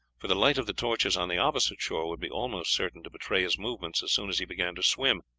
for the light of the torches on the opposite shore would be almost certain to betray his movements as soon as he began to swim,